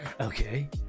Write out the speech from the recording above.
okay